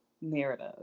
narrative